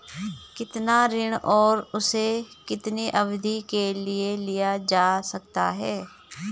कितना ऋण और उसे कितनी अवधि के लिए लिया जा सकता है?